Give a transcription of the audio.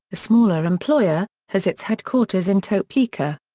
a smaller employer, has its headquarters in topeka.